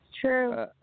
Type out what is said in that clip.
true